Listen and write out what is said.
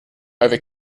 over